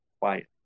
quiet